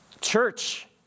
church